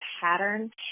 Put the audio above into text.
pattern